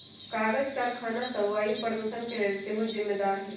कागज करखना सभ वायु प्रदूषण के लेल सेहो जिम्मेदार हइ